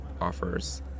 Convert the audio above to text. offers